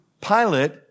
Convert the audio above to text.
Pilate